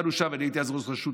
אני הייתי אז ראש רשות,